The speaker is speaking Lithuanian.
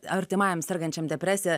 artimajam sergančiam depresija